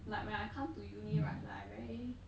like when I come to uni right like I very